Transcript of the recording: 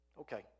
Okay